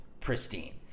pristine